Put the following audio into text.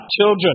children